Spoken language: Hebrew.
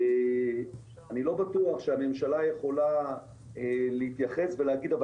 אני לא בטוח שהממשלה יכולה להתייחס ולהגיד אבל